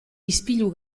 ispilu